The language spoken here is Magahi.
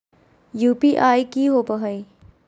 यू.पी.आई की होबो है?